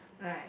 like